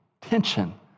tension